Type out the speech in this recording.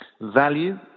Value